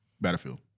Battlefield